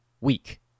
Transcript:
week